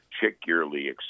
particularly